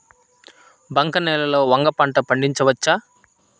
బంక నేలలో వంగ పంట పండించవచ్చా?